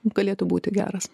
galėtų būti geras